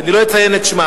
שאני לא אציין את שמה,